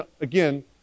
again